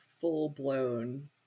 full-blown